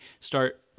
start